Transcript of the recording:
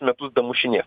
metus damušinės